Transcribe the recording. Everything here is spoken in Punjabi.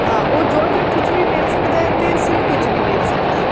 ਹਾਂ ਉਹ ਜੋਰਜੱਟ ਵਿੱਚ ਵੀ ਮਿਲ ਸਕਦਾ ਅਤੇ ਸਿਲਕ 'ਚ ਵੀ ਮਿਲ ਸਕਦਾ